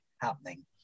happening